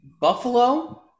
Buffalo